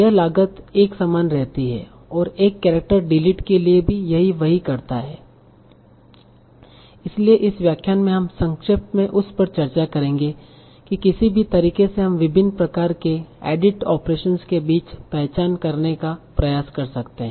यह लागत एक समान रहती है और एक केरेक्टर डिलीट के लिए भी यह वही रहता है इसलिए इस व्याख्यान में हम संक्षेप में उस पर चर्चा करेंगे किसी भी तरीके से हम विभिन्न प्रकार के एडिट ओपरेसंस के बीच पहचान करने का प्रयास कर सकते हैं